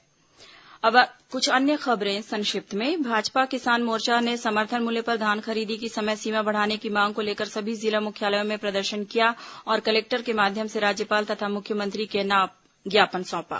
संक्षिप्त समाचार अब कुछ अन्य खबरें संक्षिप्त में भाजपा किसान मोर्चा ने समर्थन मूल्य पर धान खरीदी की समय सीमा बढ़ाने की मांग को लेकर सभी जिला मुख्यालयों में प्रदर्शन किया और कलेक्टर के माध्यम से राज्यपाल तथ मुख्यमंत्री के नाम ज्ञापन सौंपा